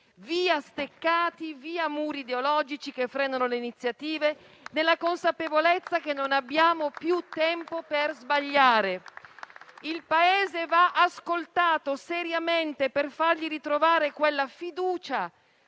Via steccati e via muri ideologici che frenano le iniziative, nella consapevolezza che non abbiamo più tempo per sbagliare. Il Paese va ascoltato seriamente per fargli ritrovare quella fiducia